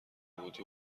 بودی